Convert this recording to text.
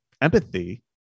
empathy